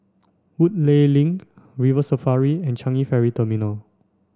Woodleigh Link River Safari and Changi Ferry Terminal